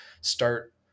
start